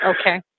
Okay